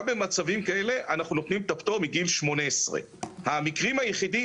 גם במצבים כאלה אנחנו נותנים את הפטור מגיל 18. המקרים היחידים